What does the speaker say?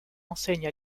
enseigne